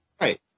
Right